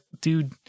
dude